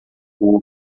fofo